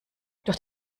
durch